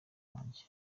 wanjye